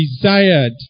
desired